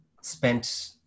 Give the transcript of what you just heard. spent